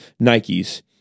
Nikes